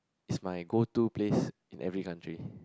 is my go to place in every country